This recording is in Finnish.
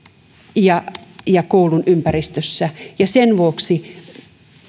ja ja koulun ympäristössä sen vuoksi